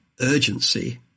urgency